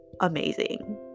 amazing